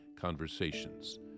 conversations